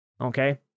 Okay